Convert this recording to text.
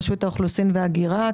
רשות האוכלוסין וההגירה.